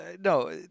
no